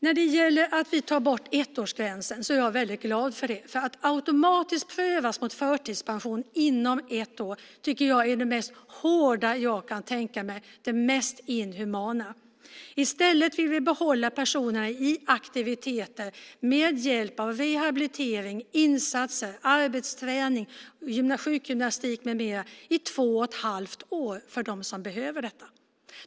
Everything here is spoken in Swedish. När det gäller detta med att vi tar bort ettårsgränsen är jag väldigt glad. Att automatiskt prövas mot förtidspension inom ett år tycker jag är det mest hårda jag kan tänka mig och det mest inhumana. I stället vill vi behålla personerna i aktiviteter med hjälp av rehabilitering, insatser, arbetsträning, sjukgymnastik med mera i två och ett halvt år för dem som behöver det.